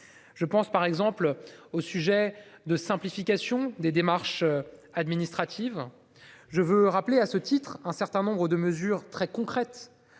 Je pense par exemple aux questions de simplification des démarches administratives. À ce titre, je rappelle un certain nombre de mesures très concrètes